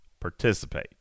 participate